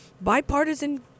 bipartisan